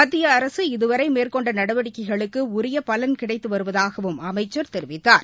மத்தியஅரசு இதுவரைமேற்கொண்டநடவடிக்கைகளுக்குஉரியபவன் கிடைத்துவருவதாகவும் அமைச்சள் தெரிவித்தார்